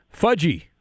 Fudgy